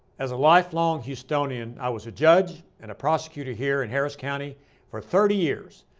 as a lifelong houstonian, i was a judge and a prosecutor here in harris county for thirty years,